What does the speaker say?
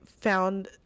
found